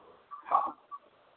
हँ